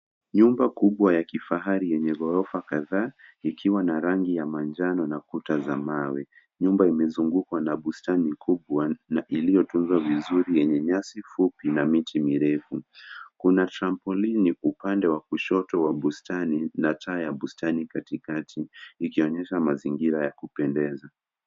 Nyumba kubwa ya kifahari yenye gorofa kadhaa ikiwa na rangi ya manjano na kuta za mawe. Nyumba imezungukwa na bustani kubwa na iliyotunzwa vizuri yenye nyasi fupi na miti mirefu. Kuna trampoline upande wa kushoto wa bustani na taa ya bustani katikati, ikionyesha mazingira ya kupendeza.